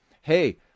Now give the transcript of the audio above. hey